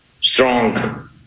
Strong